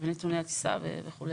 נתוני הטיסה וכולי.